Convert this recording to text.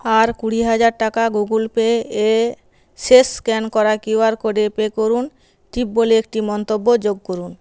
আর কুড়ি হাজার টাকা গুগল পে এ শেষ স্ক্যান করা কিউআর কোডে পে করুন টিপ বলে একটি মন্তব্য যোগ করুন